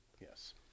Yes